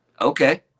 Okay